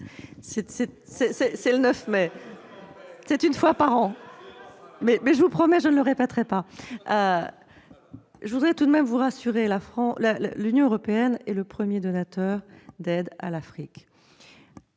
l'effet du 9 mai, une fois par an ! Mais je vous promets que je ne le répéterai pas. Je voudrais tout de même vous rassurer : l'Union européenne est le premier donateur d'aide à l'Afrique.